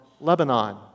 Lebanon